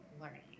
learning